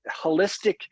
holistic